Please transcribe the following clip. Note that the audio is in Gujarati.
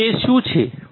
તો તે શું છે